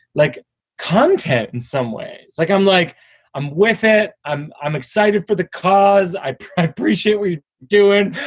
like content in some way. it's like i'm like i'm with it. i'm i'm excited for the cause. i appreciate we do it.